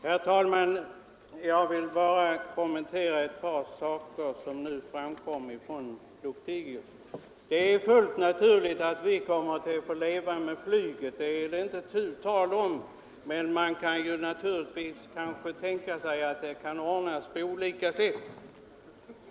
Herr talman! Jag vill bara kommentera ett par saker som herr Lothigius berörde. Det är fullt naturligt att vi kommer att få leva med flyget, men man kan tänka sig att det ordnas på olika sätt.